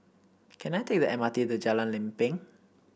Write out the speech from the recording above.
can I take the M R T to Jalan Lempeng